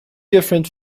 different